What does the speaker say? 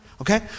Okay